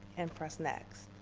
and press next.